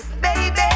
Baby